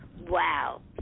wow